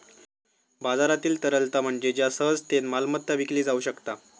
बाजारातील तरलता म्हणजे ज्या सहजतेन मालमत्ता विकली जाउ शकता